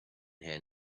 here